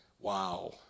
wow